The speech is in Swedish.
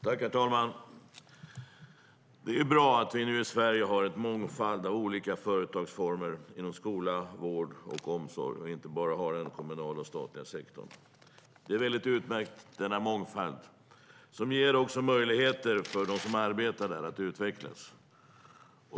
Herr talman! Det är bra att vi nu i Sverige har en mångfald av företagsformer inom skola, vård och omsorg och inte bara har den kommunala och statliga sektorn. Det är utmärkt med denna mångfald, som också ger möjligheter för dem som arbetar att utvecklas.